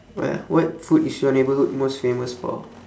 ya what food is your neighbourhood most famous for